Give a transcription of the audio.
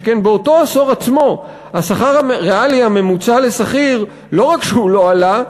שכן באותו עשור עצמו השכר הריאלי הממוצע לשכיר לא רק שהוא לא עלה,